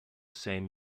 same